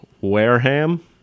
Wareham